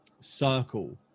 circle